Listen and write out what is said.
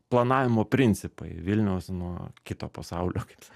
planavimo principai vilniaus nuo kito pasaulio kaip sakant